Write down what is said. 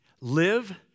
live